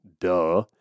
Duh